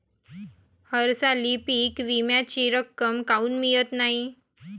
हरसाली पीक विम्याची रक्कम काऊन मियत नाई?